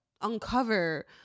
uncover